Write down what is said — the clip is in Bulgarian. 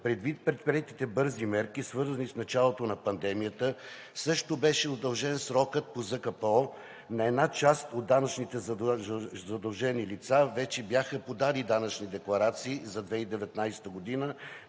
предвид предприетите бързи мерки, свързани с началото на пандемията, също беше удължен срокът по ЗКПО, но една част от данъчно задължени лица вече бяха подали данъчни декларации за 2019 г.,